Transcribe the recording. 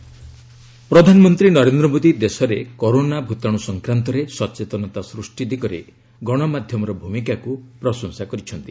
PM corona ପ୍ରଧାନମନ୍ତ୍ରୀ ନରେନ୍ଦ୍ର ମୋଦୀ ଦେଶରେ corona ଭୂତାଣୁ ସଂକ୍ରାନ୍ତରେ ସଚେତନତା ସ୍ହିଷ୍ଟି ଦିଗରେ ଗଣମାଧ୍ୟମର ଭୂମିକାକୁ ପ୍ରଶଂସା କରିଛନ୍ତି